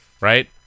right